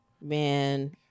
Man